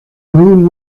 moon